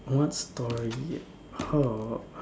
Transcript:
one story !huh!